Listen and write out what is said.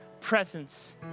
presence